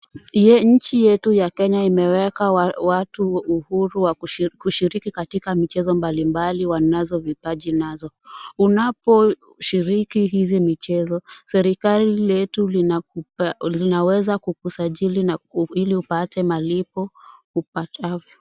Nchi yetu ya Kenya imeweka watu uhuru wa kushiriki katika michezo mbalimbali wanazo vipaji nazo. Unaposhiriki hizi michezo serikali letu linaweza kukusajili ili upate malipo upatavyo.